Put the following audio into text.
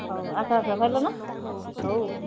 ହଉ ଆସ ଆସ ଚାଲୁନ ହଉ